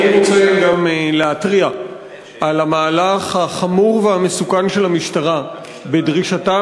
אני רוצה גם להתריע על המהלך החמור והמסוכן של המשטרה בדרישתה